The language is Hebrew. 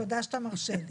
תודה שאתה מרשה לי.